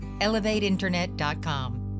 elevateinternet.com